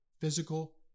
physical